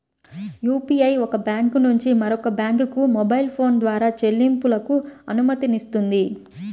UPI ఒక bank నుంచి మరొక బ్యాంకుకు మొబైల్ ఫోన్ ద్వారా చెల్లింపులకు అనుమతినిస్తుంది